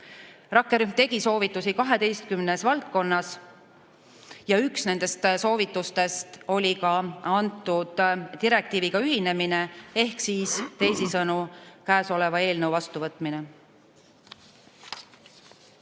Rakkerühm tegi soovitusi 12 valdkonnas. Üks nendest soovitustest oli ka kõnealuse direktiiviga ühinemine ehk teisisõnu selle eelnõu vastuvõtmine.